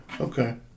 Okay